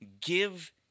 Give